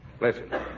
Listen